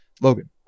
logan